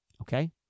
okay